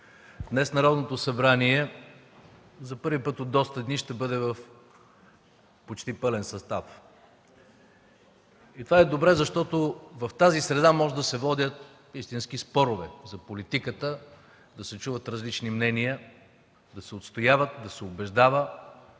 Днес Народното събрание за първи път от доста дни ще бъде в почти пълен състав. Това е добре, защото в тази среда могат да се водят истински спорове за политиката, да се чуват различни мнения, да се отстояват, да се убеждават